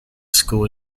school